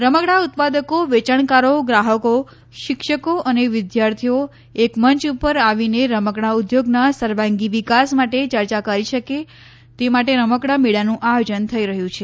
રમકડા ઉત્પાદકો વેચાણકારો ગ્રાહકો શિક્ષકો અને વિદ્યાર્થીઓ એક મંચ ઉપર આવીને રમકડાં ઉધોગનાં સર્વાગી વિકાસ માટે ચર્ચા કરી શકે તે માટે રમકડા મેળાનું આયોજન થઈ રહ્યું છે